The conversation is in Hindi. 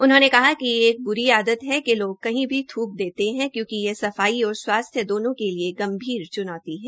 उन्होंने कहा क यह एक ब्री आदत है कि लोग कही भी थूक देते है क्योंकि ये सफाई और स्वास्थ्य दोनों के लिए एक गंभीर च्नौती है